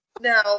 Now